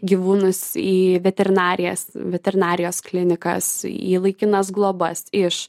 gyvūnus į veterinarijas veterinarijos klinikas į laikinas globas iš